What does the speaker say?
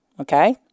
Okay